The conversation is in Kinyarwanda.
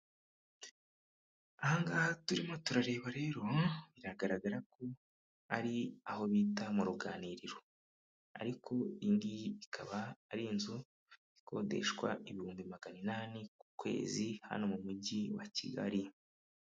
Aha ngaha turimo turareba rero, biragaragara ko ari aho bita mu ruganiriro, ariko iyi ngiyi ikaba ari inzu ikodeshwa ibihumbi magana inani ku kwezi, hano mu mujyi wa Kigali.